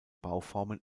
bauformen